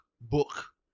Book